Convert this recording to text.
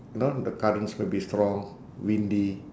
you know the currents will be strong windy